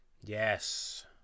Yes